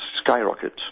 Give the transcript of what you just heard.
skyrocket